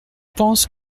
pense